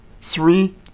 three